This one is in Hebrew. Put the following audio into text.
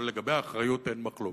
אבל לגבי האחריות אין מחלוקת.